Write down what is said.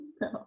No